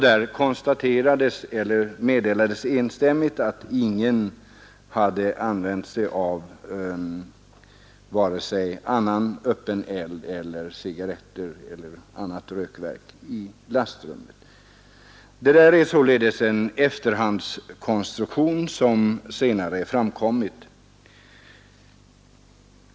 Därvid meddelades enstämmigt att ingen i lastrummet hade använt vare sig cigarretter, annat rökverk eller öppen eld i någon form. Det är således en efterhandskonstruktion, något som senare framkommit.